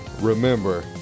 remember